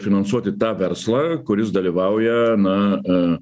finansuoti tą verslą kuris dalyvauja na